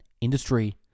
industry